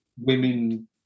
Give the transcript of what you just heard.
women